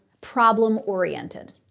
problem-oriented